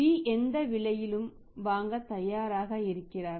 B எந்த விலையிலும் வாங்க தயாராக இருக்கிறார்